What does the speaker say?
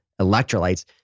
electrolytes